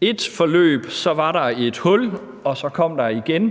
et forløb, så var der et hul, og så kom der et nyt forløb,